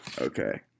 Okay